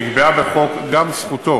נקבעה בחוק גם זכותו